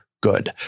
good